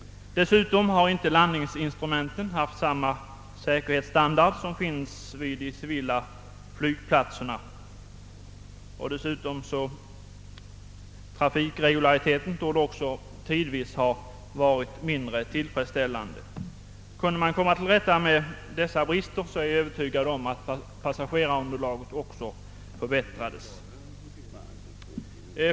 Dessutom har landningsinstrumenten inte haft samma säkerhetsstandard som vid övriga civila flygplatser, och trafikregulariteten torde också tidvis ha varit mindre tillfredsställande. Kunde man komma till rätta med dessa brister, är jag övertygad om att passagerarunderlaget också skulle förbättras.